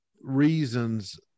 reasons